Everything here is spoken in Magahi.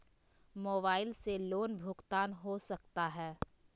मोबाइल से लोन भुगतान हो सकता है?